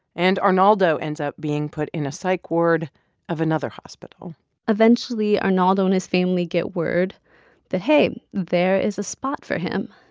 and arnaldo ends up being put in a psych ward of another hospital eventually, arnaldo and his family get word that, hey, there is a spot for him.